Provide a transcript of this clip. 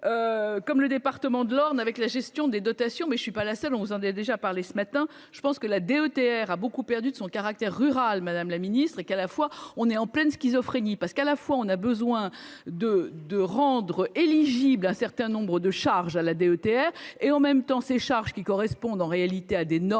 comme le département de l'Orne, avec la gestion des dotations mais je ne suis pas la seule en faisant des déjà parlé ce matin, je pense que la DETR a beaucoup perdu de son caractère rural Madame la ministre et qu'à la fois, on est en pleine schizophrénie parce qu'à la fois on a besoin de de rendre éligible, un certain nombre de charges à la DETR et en même temps ces charges qui correspondent en réalité à des normes